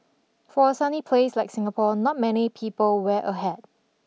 for a sunny place like Singapore not many people wear a hat